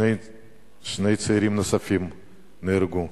שני צעירים נוספים נהרגו,